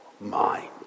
mind